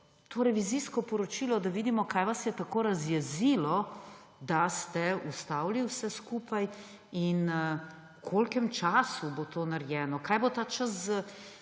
to revizijsko poročilo, da vidimo, kaj vas je tako razjezilo, da ste ustavili vse skupaj in v kolikem času bo to narejeno. Kaj bo ta čas z